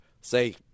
say